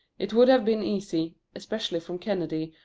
it would have been easy, especially from kennedy,